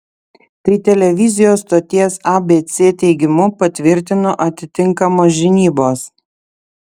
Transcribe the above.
tai televizijos stoties abc teigimu patvirtino atitinkamos žinybos